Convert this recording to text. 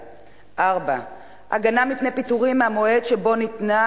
4. הגנה מפני פיטורים מהמועד שבו ניתנה